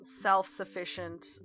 self-sufficient